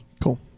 Cool